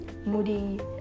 Moody